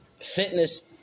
fitness